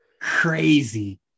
crazy